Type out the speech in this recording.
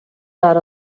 dot